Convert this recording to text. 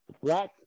Black